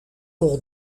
pour